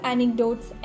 Anecdotes